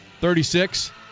36